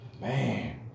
man